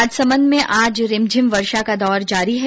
राजसमन्द में आज रिमझिम वर्षा का दौर जारी है